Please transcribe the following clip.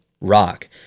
rock